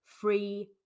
free